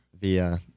via